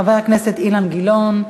חבר הכנסת אילן גילאון,